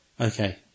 Okay